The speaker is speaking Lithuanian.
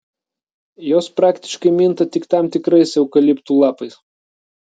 jos praktiškai minta tik tam tikrais eukaliptų lapais